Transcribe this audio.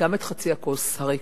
גם את חצי הכוס הריקה,